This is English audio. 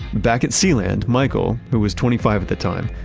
back at sealand, michael, who was twenty five at the time,